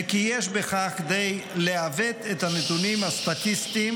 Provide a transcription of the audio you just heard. וכי יש בכך כדי לעוות את הנתונים הסטטיסטיים